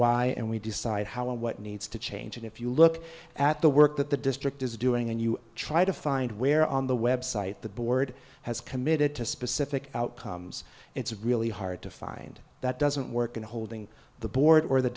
why and we decide how and what needs to change and if you look at the work that the district is doing and you try to find where on the website the board has committed to specific outcomes it's really hard to find that doesn't work in holding the board or the